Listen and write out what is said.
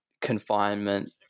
confinement